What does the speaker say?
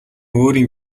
өөрийн